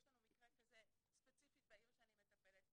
יש לנו מקרה כזה ספציפית בעיר שאני מטפלת,